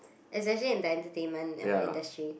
especially in the entertainment uh industry